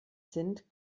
sind